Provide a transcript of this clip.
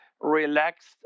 relaxed